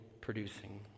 producing